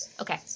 Okay